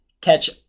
catch